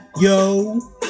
Yo